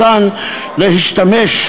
אני מזמין אותו.